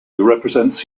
represents